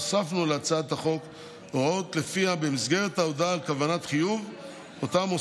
הוספנו להצעת החוק הוראה שלפיה במסגרת ההודעה על כוונת חיוב שמוסר